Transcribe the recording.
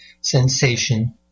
sensation